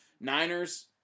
Niners